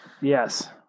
Yes